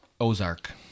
Ozark